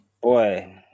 Boy